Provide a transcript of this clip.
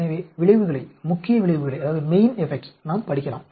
எனவே விளைவுகளை முக்கிய விளைவுகளை நாம் படிக்கலாம்